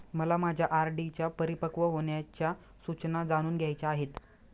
मला माझ्या आर.डी च्या परिपक्व होण्याच्या सूचना जाणून घ्यायच्या आहेत